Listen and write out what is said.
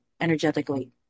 energetically